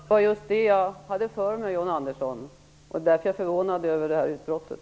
Fru talman! Det var just det som jag hade för mig, John Andersson. Därför blev jag förvånad över utbrottet.